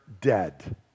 dead